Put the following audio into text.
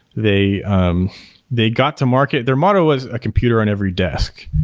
they um they got to market. their motto was a computer on every desk.